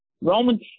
Romans